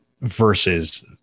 versus